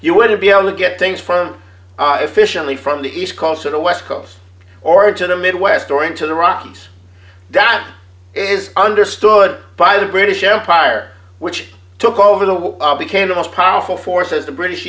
you wouldn't be able to get things for efficiently from the east coast or the west coast or into the midwest or into the rockies that is understood by the british empire which took over the what became the most powerful forces the british